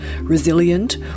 resilient